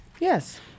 Yes